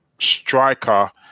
striker